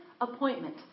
appointment